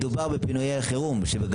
מדובר בפינויי חירום.